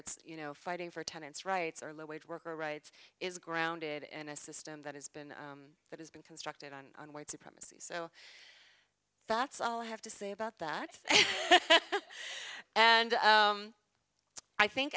it's you know fighting for tenants rights or low wage worker rights is grounded in a system that has been that has been constructed on white supremacy so that's all i have to say about that and i think